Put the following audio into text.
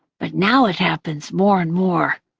but now it happens more and more.